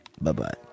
Bye-bye